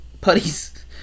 putties